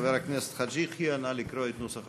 חבר הכנסת חאג' יחיא, נא לקרוא את נוסח